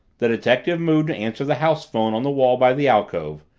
the detective moved to answer the house phone on the wall by the alcove,